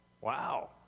Wow